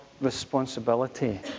responsibility